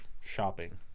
shopping